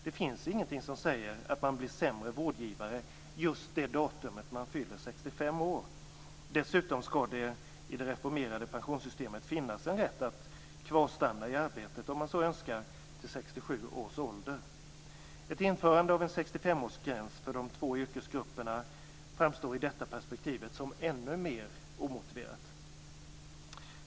Det finns ingenting som säger att man blir sämre vårdgivare just det datum när man fyller 65 år. Dessutom skall det i det reformerade pensionssystemet finnas en rätt att kvarstanna i arbetet, om man så önskar, till 67 års ålder. Ett införande av en 65-årsgräns för de här två yrkesgrupperna framstår i detta perspektiv som ännu mer omotiverat.